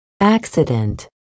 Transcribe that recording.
Accident